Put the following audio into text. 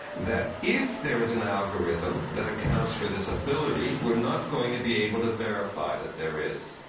that if there is an algorithm that accounts for this ability, we're not going to be able to verify that there is.